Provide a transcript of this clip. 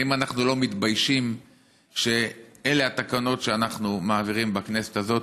האם אנחנו לא מתביישים שאלה התקנות שאנחנו מעבירים בכנסת הזאת?